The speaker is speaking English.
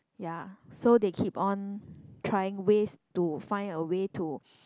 ya so they keep on trying ways to find a way to